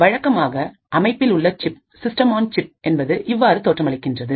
வழக்கமாக அமைப்பில் உள்ள சிப்என்பது இவ்வாறாக தோற்றமளிக்கிறது